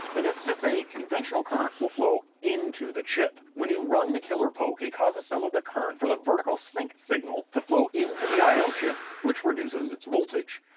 that is to say that conventional current will flow into the chip. when you run the killer poke it causes some of the current for the vertical sync signal to flow into the i o chip which reduces its voltage.